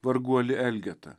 varguolį elgetą